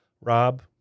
Rob